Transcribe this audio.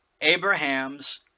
Abraham's